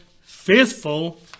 faithful